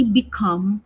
become